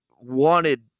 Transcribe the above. wanted